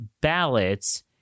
ballots